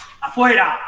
afuera